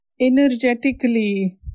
energetically